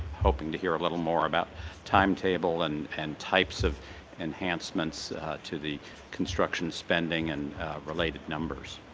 hoping to hear a little more about timetable and and types of enhancements to the construction spending and related numbers.